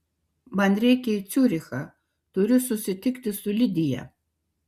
man reikia į ciurichą turiu susitikti su lidija